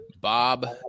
Bob